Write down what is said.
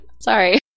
Sorry